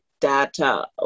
data